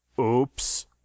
Oops